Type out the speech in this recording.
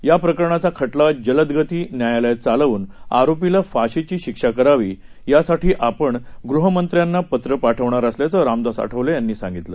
या प्रकरणाचा खटला जलदगती न्यायालयात चालवून आरोपीला फाशीची शिक्षा करावी यासाठी आपण गृहमंत्र्यांना पत्र पाठवणार असल्याचं रामदास आठवले यांनी सांगितलं